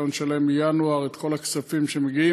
שלא נשלם מינואר את כל הכספים שמגיעים.